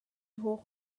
nhw